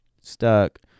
stuck